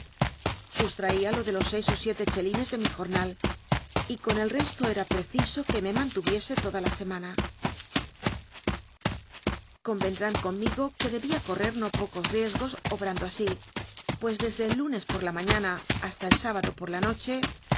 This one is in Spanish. regl'esaba suslraialo de los seis ó iele chelines de mi jornal y con el resto era preciso que me mantuviese toda la semana corwcndrán conmigo cjuc dcbia correr no pocos riesgos obrando así pues desde ellúnes por la mañana hasta el s ibado por la noche